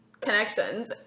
Connections